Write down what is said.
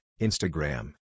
Instagram